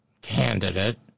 candidate